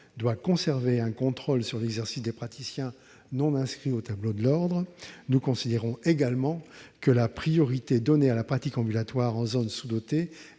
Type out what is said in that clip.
doit conserver un contrôle sur l'exercice des praticiens non inscrits au tableau de l'ordre. Nous considérons également que la priorité donnée à la pratique ambulatoire en zone sous-dotée